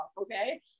Okay